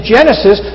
Genesis